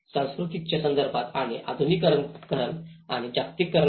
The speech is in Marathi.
संस्कृतीच्या संदर्भात आणि आधुनिकीकरण आणि जागतिकीकरणात